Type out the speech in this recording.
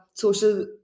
social